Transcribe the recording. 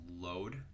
load